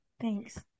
Thanks